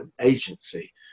agency